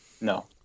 No